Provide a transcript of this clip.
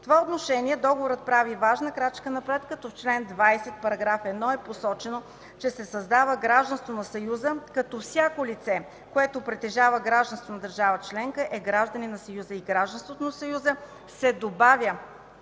това отношение договорът прави важна крачка напред, като в чл. 20, § 1 е посочено, че се създава гражданство на Съюза, като всяко лице, което притежава гражданство в държава членка, е гражданин на Съюза и гражданството на Съюза се добавя